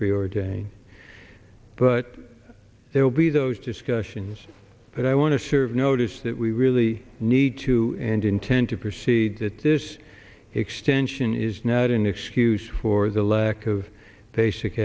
preordained but there will be those discussions but i want to serve notice that we really need to and intend to proceed that this extension is not an excuse for the lack of basic